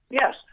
Yes